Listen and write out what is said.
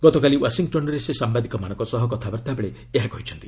ଗତକାଲି ୱାଶିଂଟନ୍ରେ ସେ ସାମ୍ଘାଦିକମାନଙ୍କ ସହ କଥାବାର୍ତ୍ତା ବେଳେ ଏହା କହିଛନ୍ତି